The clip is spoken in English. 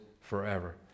forever